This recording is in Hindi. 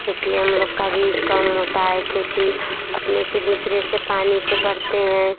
इसलिए हम लोग का वी कम होता है खेती अपने से दूसरे से पानी से भरते हैं